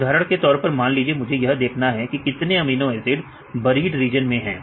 उदाहरण के तौर पर मान लीजिए मुझे यह देखना है कि कितने अमीनो एसिड बरीड रीजन में हैं